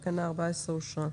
תקנה 14 אושרה.